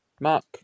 Mark